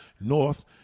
North